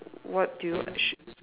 what do you sh~